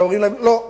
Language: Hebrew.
אומרים להם: לא.